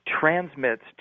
transmits